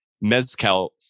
mezcal